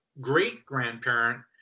great-grandparent